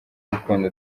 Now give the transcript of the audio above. urukundo